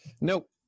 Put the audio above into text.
Nope